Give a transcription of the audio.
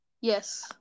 Yes